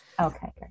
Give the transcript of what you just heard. Okay